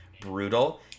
brutal